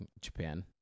Japan